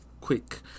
quick